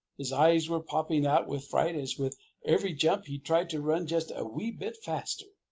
his eyes were popping out with fright as with every jump he tried to run just a wee bit faster.